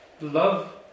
love